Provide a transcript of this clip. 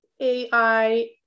AI